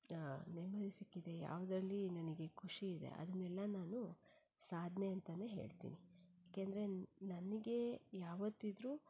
ನೆಮ್ಮದಿ ಸಿಕ್ಕಿದೆ ಯಾವುದ್ರಲ್ಲಿ ನನಗೆ ಖುಷಿ ಇದೆ ಅದನ್ನೆಲ್ಲ ನಾನು ಸಾಧನೆ ಅಂತನೇ ಹೇಳ್ತೀನಿ ಯಾಕೆಂದರೆ ನನಗೆ ಯಾವತ್ತಿದ್ರೂ